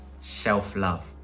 self-love